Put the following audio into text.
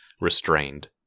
restrained